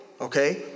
Okay